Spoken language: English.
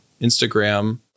Instagram